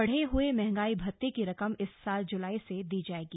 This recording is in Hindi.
बढ़े हुए महंगाई भत्ते की रकम इस साल जुलाई से दी जाएगी